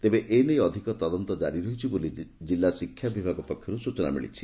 ତେବେ ଏ ନେଇ ଅଧିକ ତଦନ୍ତ କାରି ରହିଛି ବୋଲି ଜିଲ୍ଲା ଶିକ୍ଷା ବିଭାଗ ପକ୍ଷର୍ ସ୍ଚନା ମିଳିଛି